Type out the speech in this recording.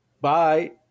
Bye